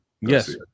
Yes